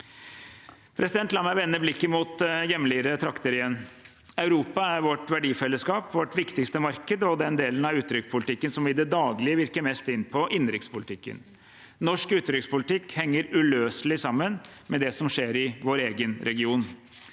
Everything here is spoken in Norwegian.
India. La meg vende blikket mot hjemlige trakter igjen. Europa er vårt verdifellesskap, vårt viktigste marked og den delen av utenrikspolitikken som i det daglige virker mest inn på innenrikspolitikken. Norsk utenrikspolitikk henger uløselig sammen med det som skjer i vår egen region.